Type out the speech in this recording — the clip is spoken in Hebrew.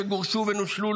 שגורשו ונושלו,